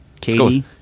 Katie